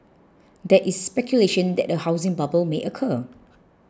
there is speculation that a housing bubble may occur